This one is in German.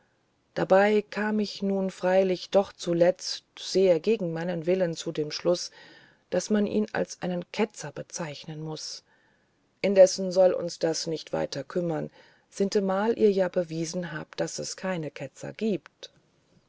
dabei kam ich nun freilich doch zuletzt sehr gegen meinen willen zu dem schluß daß man ihn als einen ketzer bezeichnen muß indessen soll uns das nicht weiter kümmern sintemal ihr ja bewiesen habt daß es keine ketzer gibt